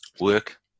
work